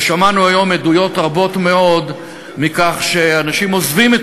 שמענו היום עדויות רבות מאוד על כך שאנשים עוזבים את